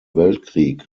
weltkrieg